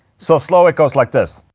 so. slow, it goes like this